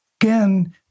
again